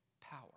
power